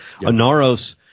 Anaros